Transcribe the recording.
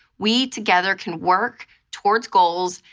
we together can work toward goals,